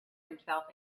himself